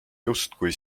justkui